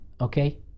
okay